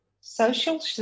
social